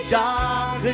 dark